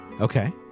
Okay